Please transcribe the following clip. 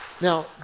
now